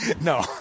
no